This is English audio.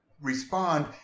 respond